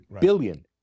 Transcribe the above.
billion